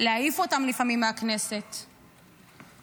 להעיף אותן מהכנסת לפעמים,